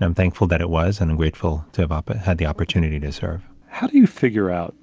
and i'm thankful that it was, and grateful to have ah but had the opportunity to serve. how do you figure out,